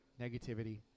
negativity